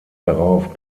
darauf